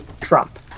Trump